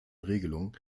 regelung